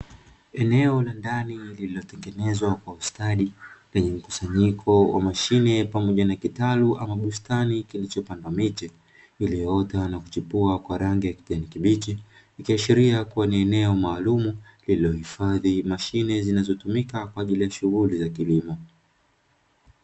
Eneo la ndani lililotengenezwa kwa ustadi lenye mkusanyiko wa mashine pamoja na kitalu ama bustani kilicho pandwa miche, iliyoota na kuchipua kwa rangi ya kijani kibichi ikiashiria kuwa ni eneo maalumu lililohifadhi mashine zinazotumika kwa ajili ya shughuli za kilimo.